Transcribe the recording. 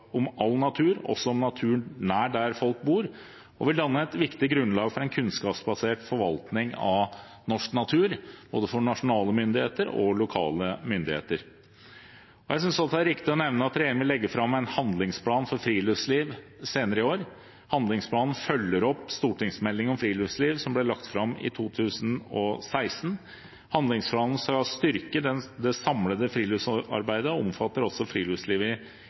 om all natur, også om naturen nær der folk bor, og vil danne et viktig grunnlag for en kunnskapsbasert forvaltning av norsk natur for både nasjonale og lokale myndigheter. Jeg synes også det er riktig å nevne at regjeringen vil legge fram en handlingsplan for friluftsliv senere i år. Handlingsplanen følger opp stortingsmeldingen om friluftsliv, som ble lagt fram i 2016. Handlingsplanen skal styrke det samlede friluftslivsarbeidet og omfatter også friluftsliv i